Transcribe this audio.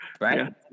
Right